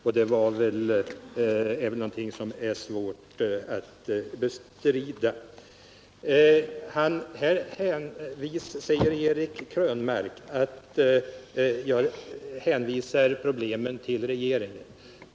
Och det är väl någonting som är svårt att bestrida. Eric Krönmark säger att jag hänvisar problemen till regeringen.